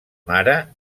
mare